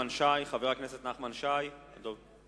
גם חבר הכנסת נחמן שי איננו.